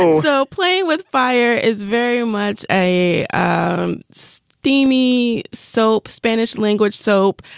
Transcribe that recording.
and so play with fire is very much a um steamy soap, spanish language soap.